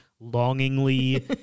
longingly